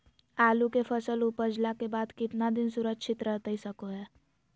आलू के फसल उपजला के बाद कितना दिन सुरक्षित रहतई सको हय?